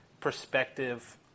perspective